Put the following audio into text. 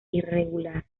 irregular